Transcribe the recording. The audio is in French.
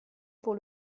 pour